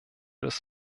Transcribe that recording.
des